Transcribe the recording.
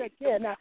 again